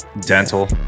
Dental